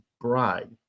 bride